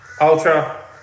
ultra